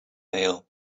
mail